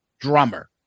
drummer